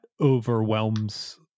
overwhelms